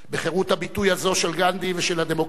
בחירות הביטוי הזו של גנדי ושל הדמוקרטיה